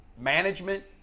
management